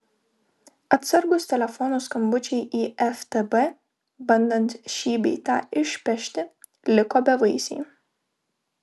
atsargūs telefono skambučiai į ftb bandant šį bei tą išpešti liko bevaisiai